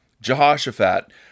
Jehoshaphat